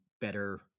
better